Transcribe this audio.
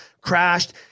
crashed